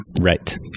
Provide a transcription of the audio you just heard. Right